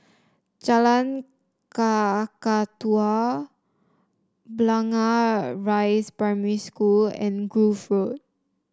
Jalan Kakatua Blangah Rise Primary School and Grove Road